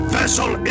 vessel